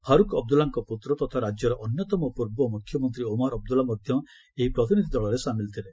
ଫାରୁକ୍ ଅବଦୁଲ୍ଲାଙ୍କ ପୁତ୍ର ତଥା ରାଜ୍ୟର ଅନ୍ୟତମ ପୂର୍ବ ମୁଖ୍ୟମନ୍ତ୍ରୀ ଓମାର ଅବଦୁଲ୍ଲା ମଧ୍ୟ ଏହି ପ୍ରତିନିଧି ଦଳରେ ସାମିଲ୍ ଥିଲେ